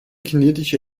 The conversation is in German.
kinetische